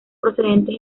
procedentes